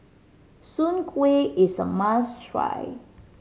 Soon Kuih is a must try